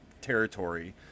territory